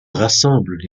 rassemble